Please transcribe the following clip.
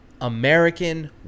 American